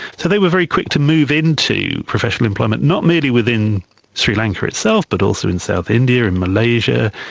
so they were very quick to move into professional employment not merely within sri lanka itself but also in south india, in malaysia,